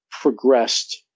progressed